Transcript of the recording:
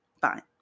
fine